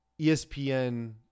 ESPN